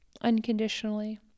unconditionally